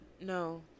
no